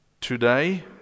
today